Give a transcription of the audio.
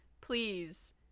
please